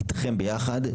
איתכם ביחד,